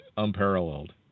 unparalleled